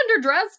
underdressed